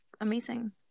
amazing